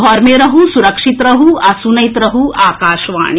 घर मे रहू सुरक्षित रहू आ सुनैत रहू आकाशवाणी